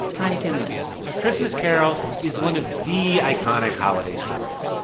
tiny tim lives a christmas carol is one of the iconic holiday stories.